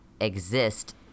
exist